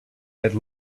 had